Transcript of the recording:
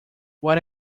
what